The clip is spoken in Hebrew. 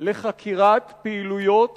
לחקירת פעילויות